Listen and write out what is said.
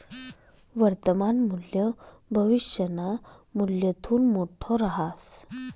वर्तमान मूल्य भविष्यना मूल्यथून मोठं रहास